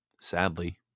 Sadly